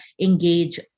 engage